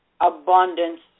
abundance